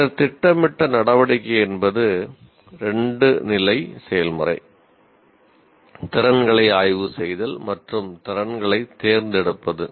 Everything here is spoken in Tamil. பின்னர் திட்டமிட்ட நடவடிக்கை என்பது 2 நிலை செயல்முறை திறன்களை ஆய்வு செய்தல் மற்றும் திறன்களைத் தேர்ந்தெடுப்பது